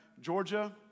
Georgia